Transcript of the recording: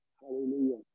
Hallelujah